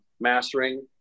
mastering